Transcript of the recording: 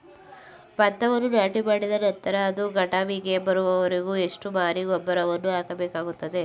ಭತ್ತವನ್ನು ನಾಟಿಮಾಡಿದ ನಂತರ ಅದು ಕಟಾವಿಗೆ ಬರುವವರೆಗೆ ಎಷ್ಟು ಬಾರಿ ಗೊಬ್ಬರವನ್ನು ಹಾಕಬೇಕಾಗುತ್ತದೆ?